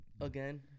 Again